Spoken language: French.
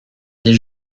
des